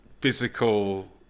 physical